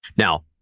now,